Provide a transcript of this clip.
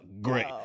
great